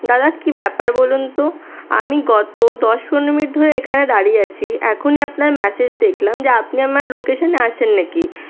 দাদা কি ব্যাপার বলুন তো আমি গত দশ পনেরো মিনিট ধরে এখানে দাঁড়িয়ে আছি এখনই আপনার মেসেজ দেখলাম যে আপনি আমার লোকেশনে আছেন নাকি